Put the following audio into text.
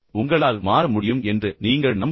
உங்களால் மாற முடியும் என்று நீங்கள் நம்ப வேண்டும்